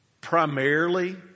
Primarily